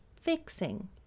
fixing